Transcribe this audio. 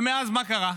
ומאז מה קרה?